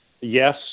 Yes